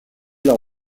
leur